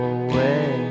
away